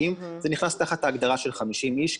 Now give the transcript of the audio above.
האם זה נכנס תחת ההגדרה של 50 איש.